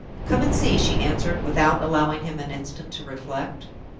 come and see, she answered, without allowing him an instant to reflect.